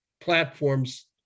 platforms